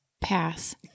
Pass